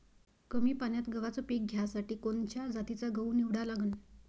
कमी पान्यात गव्हाचं पीक घ्यासाठी कोनच्या जातीचा गहू निवडा लागन?